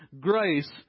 grace